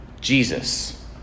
Jesus